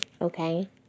okay